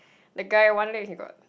the guy one leg he got